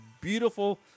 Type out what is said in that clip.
beautiful